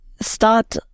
start